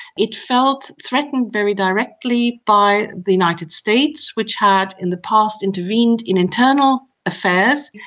it felt threatened very directly by the united states, which had in the past intervened in internal affairs,